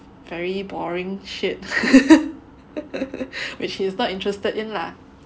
very boring shit which he's not interested in lah